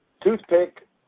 toothpick